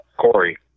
Corey